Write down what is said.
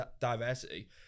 diversity